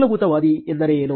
ಮೂಲಭೂತವಾದಿ ಎಂದರೆ ಏನು